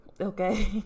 Okay